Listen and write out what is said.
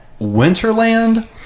Winterland